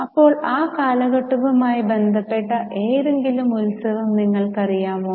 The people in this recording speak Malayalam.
അപ്പോൾ ആ കാലഘട്ടവുമായി ബന്ധപ്പെട്ട ഏതെങ്കിലും ഉത്സവം നിങ്ങൾക്കറിയാമോ